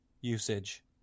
usage